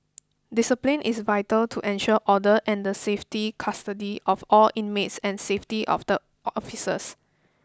discipline is vital to ensure order and the safety custody of all inmates and safety of the officers